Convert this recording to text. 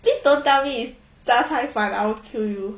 please don't tell me 杂菜饭 I will kill you